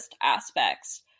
aspects